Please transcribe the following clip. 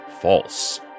false